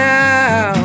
now